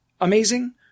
amazing